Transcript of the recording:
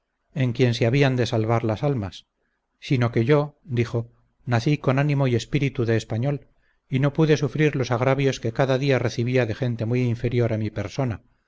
en quien se había de salvar las almas sino que yo dijo nací con ánimo y espíritu de español y no pude sufrir los agravios que cada día recibía de gente muy inferior a mi persona